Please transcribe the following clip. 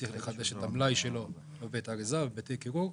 צריך לחדש את המלאי שלו בבית האריזה ובבתי הקירור.